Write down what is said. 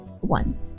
One